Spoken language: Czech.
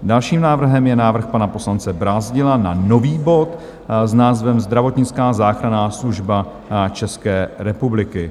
Dalším návrhem je návrh pana poslance Brázdila na nový bod s názvem Zdravotnická záchranná služba České republiky.